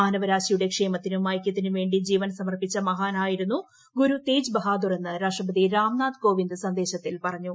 മാനവരാശിയുടെ ക്ഷേമത്തിനും ഐക്യത്തിനും വേണ്ടി ജീവൻ സമർപ്പിച്ച മഹാനായിരുന്നു ഗുരു തേജ് ബഹാദൂറെന്ന് രാഷ്ട്രപതി രാംനാഥ് കോവിന്ദ് സന്ദേശത്തിൽ പറഞ്ഞു